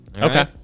okay